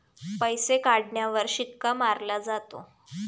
पैसे काढण्यावर शिक्का मारला जातो